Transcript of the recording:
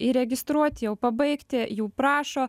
įregistruot jau pabaigti jų prašo